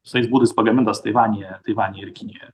visais būdais pagamintos taivanyje taivanyje ir kinijoje